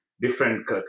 different